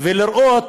ולראות